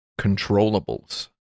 controllables